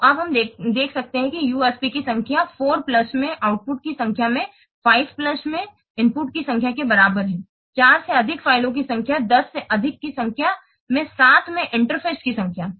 तो अब हम देख सकते हैं कि UFP की संख्या 4 प्लस में आउटपुट की संख्या में 5 प्लस में इनपुट की संख्या के बराबर है 4 से अधिक फ़ाइलों की संख्या में 10 से अधिक की संख्या में 7 में इंटरफेस की संख्या